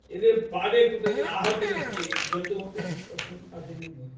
यदि पादे कुत्रचित् आहतिरस्ति गन्तुमपि कष्टं काठिन्यं भवति